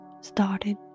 started